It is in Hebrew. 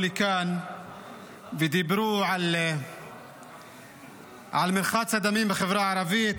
לכאן ודיברו על מרחץ הדמים בחברה הערבית,